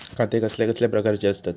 खाते कसल्या कसल्या प्रकारची असतत?